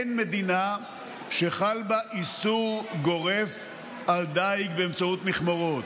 אין מדינה שחל בה איסור גורף על דיג באמצעות מכמרות.